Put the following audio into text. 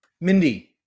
Mindy